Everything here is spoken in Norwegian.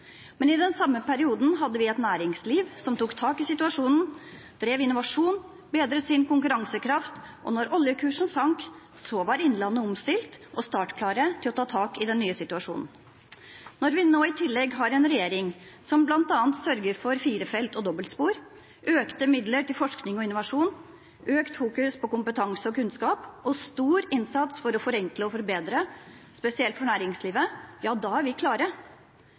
Men i den samme perioden hadde vi et næringsliv som tok tak i situasjonen, drev innovasjon og bedret sin konkurransekraft, og da oljekursen sank, så var Innlandet omstilt og startklare til å ta tak i den nye situasjonen. Når vi nå i tillegg har en regjering som bl.a. sørger for firefeltsvei og dobbeltspor, økte midler til forskning og innovasjon, økt fokus på kompetanse og kunnskap og stor innsats for å forenkle og forbedre, spesielt for næringslivet – ja, da er vi klare!